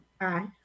Aye